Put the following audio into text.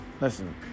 Listen